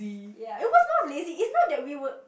ya it was not lazy it's not that we would